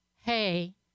Hey